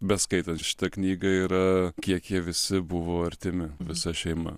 beskaitant šitą knygą yra kiek jie visi buvo artimi visa šeima